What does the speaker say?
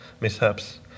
mishaps